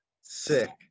Sick